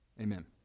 amen